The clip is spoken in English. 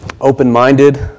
open-minded